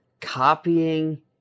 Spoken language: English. copying